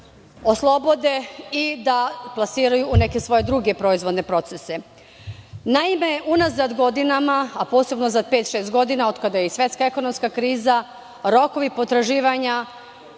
oslobode i da plasiraju u neke svoje druge proizvodne prose. Naime, unazad godinama, a posebno za pet do šest godina od kada je i svetska ekonomska kriza, rokovi potraživanja